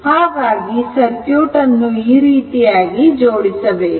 ಹಾಗಾಗಿ ಸರ್ಕ್ಯೂಟ್ಅನ್ನು ಈ ರೀತಿಯಾಗಿ ಜೋಡಿಸಬೇಕು